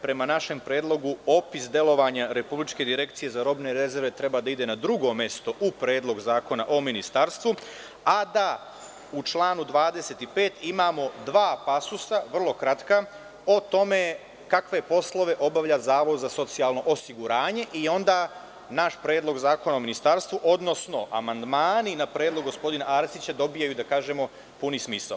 Prema našem predlogu, opis delovanja Republičke direkcije za robne rezerve treba da ide na drugo mesto u Predlog zakona o ministarstvu, a da u članu 25. imamo dva vrlo kratka pasusa o tome kakve poslove obavlja Zavod za socijalno osiguranje i onda naš predlog zakona o ministarstvu, odnosno amandmani na Predlog gospodina Arsića dobijaju puni smisao.